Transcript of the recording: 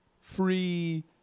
free